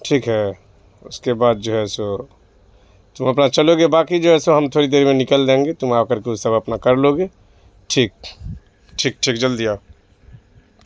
ٹھیک ہے اس کے بعد جو ہے سو تم اپنا چلو گے باقی جو ہے سو ہم تھوڑی دیر میں نکل دیں گے تم آ کر کے سب اپنا کر لو گے ٹھیک ٹھیک ٹھیک جلدی آؤ